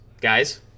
guys